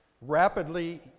rapidly